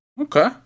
Okay